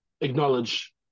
acknowledge